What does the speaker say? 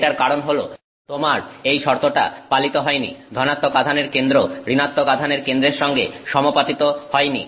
এটার কারণ হলো তোমার এই শর্তটা পালিত হয়নি ধনাত্মক আধানের কেন্দ্র ঋণাত্মক আধানের কেন্দ্রের সঙ্গে সমাপতিত হয়নি